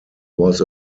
was